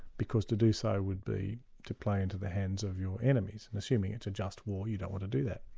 because to do so would be to play into the hands of your enemies, and assuming it's a just war, you don't want to do that.